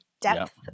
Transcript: depth